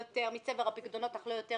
מצבר הפיקדונות, אך לא יותר